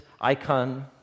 icon